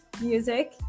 music